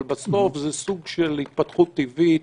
אבל בסוף זה סוג של התפתחות טבעית,